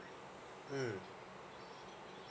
mm